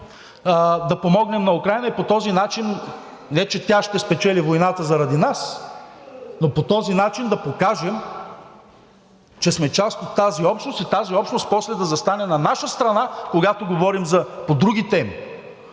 да помогнем на Украйна и по този начин – не, че тя ще спечели войната заради нас, но по този начин да покажем, че сме част от тази общност и тази общност после да застане на наша страна, когато говорим по други теми,